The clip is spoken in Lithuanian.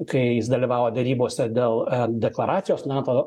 kai jis dalyvavo derybose dėl deklaracijos nato